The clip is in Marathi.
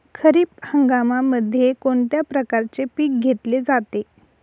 खरीप हंगामामध्ये कोणत्या प्रकारचे पीक घेतले जाते?